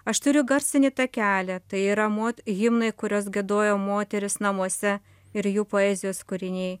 aš turiu garsinį takelį tai yra mot himnai kuriuos giedojo moterys namuose ir jų poezijos kūriniai